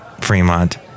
Fremont